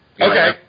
Okay